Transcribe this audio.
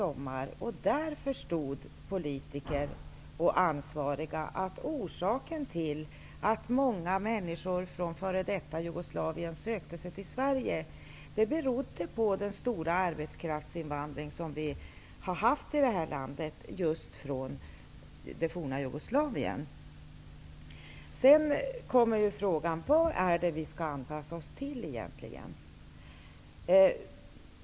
Där förstod politiker och ansvariga att orsaken till att många människor från f.d. Jugoslavien sökte sig till Sverige var den stora arbetskraftsinvandring som vi haft i Sverige från just det forna Jugoslavien. Vad skall vi anpassa oss till egentligen?